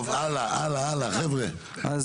טוב הלאה הלאה חבר'ה,